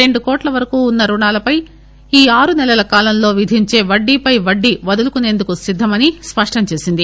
రెండు కోట్ల వరకు ఉన్స రుణాలపై ఈ ఆరు నెలల కాలంలో విధించే వడ్డీపై వడ్డీ వదులుకునేందుకు సిద్దమని స్పష్టం చేసింది